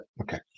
Okay